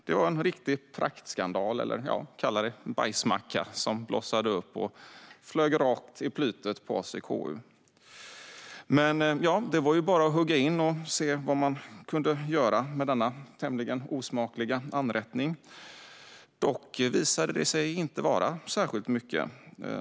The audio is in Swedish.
Det var en riktig praktskandal - eller kalla det bajsmacka - som blossade upp och flög rakt i plytet på oss i KU. Det var bara att hugga in och se vad man kunde göra med denna tämligen osmakliga anrättning. Dock visade det sig att inte vara särskilt mycket.